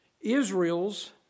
Israel's